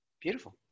Beautiful